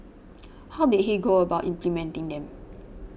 how did he go about implementing them